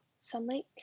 sunlight